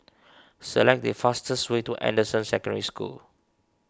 select the fastest way to Anderson Secondary School